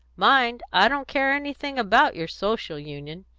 mind, i don't care anything about your social union.